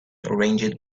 arranged